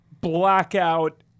blackout